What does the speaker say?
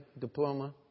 diploma